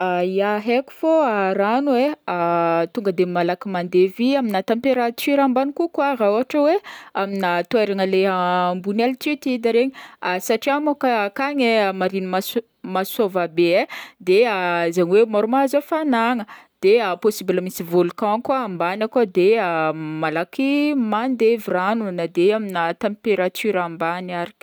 ya heko fô e ragno e, de tonga de malady mandevy amina temperature ambany kokoa raha ôhatra hoe amina toerana leha ambony altitude regny satria manko hoe ankagny e marigny maso- masôva be e de de possible malady mahazo hafagnana de possible misy volcan koa ambagny akao de malaky mandevy ragno na de amina temperature ambany ary.